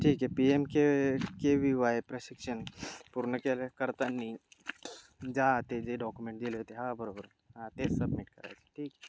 ठीक आहे P M K K V Y प्रशिक्षण पूर्ण केलं करताना ज्या ते जे डॉक्युमेंट दिले होते हां बरोबर हां तेच सबमिट करायचे ठीक